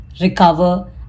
recover